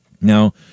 Now